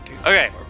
Okay